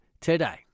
today